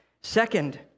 Second